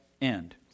end